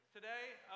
today